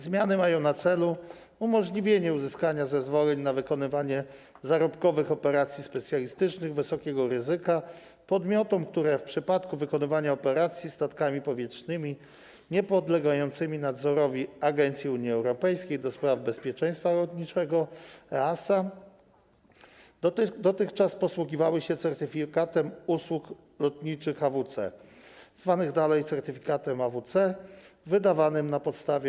Zmiany mają na celu umożliwienie uzyskania zezwoleń na wykonywanie zarobkowych operacji specjalistycznych wysokiego ryzyka podmiotom, które w przypadku wykonywania operacji statkami powietrznymi niepodlegającymi nadzorowi Agencji Unii Europejskiej ds. Bezpieczeństwa Lotniczego (EASA) dotychczas posługiwały się certyfikatem usług lotniczych AWC, zwanych dalej certyfikatem AWC, wydawanym na podstawie